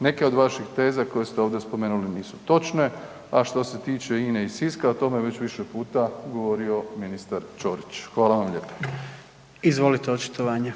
neke od vaših teza koje ste ovdje spomenuli, nisu točne a što se tiče INA-e i Siska, o tome je već više puta govorio ministar Čorić. Hvala vam lijepa. **Jandroković,